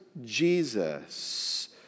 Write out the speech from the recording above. Jesus